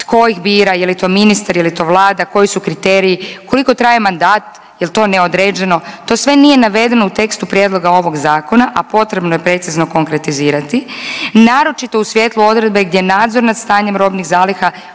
tko bira, je li to ministar, je li to vlada koji su kriteriji, koliko traje mandat, jel to neodređeno to sve nije navedeno u tekstu prijedloga ovoga zakona, a potrebno je precizno konkretizirati naročito u svjetlu odredbe gdje nadzor nad stanjem robnih zaliha